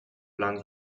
plan